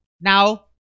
Now